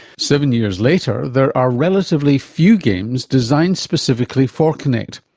seven years later there are relatively few games designed specifically for kinect,